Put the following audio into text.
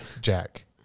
Jack